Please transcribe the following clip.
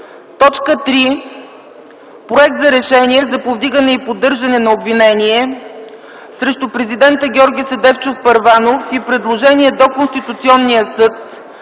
3. Проект за решение за повдигане и поддържане на обвинение срещу президента Георги Седефчов Първанов и предложение до Конституционния съд